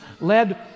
led